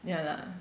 ya lah